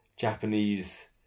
Japanese